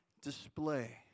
display